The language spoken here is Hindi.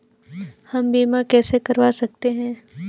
हम बीमा कैसे करवा सकते हैं?